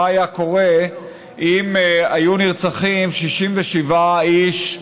מה היה קורה אם היו נרצחים 67 איש,